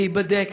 להיבדק,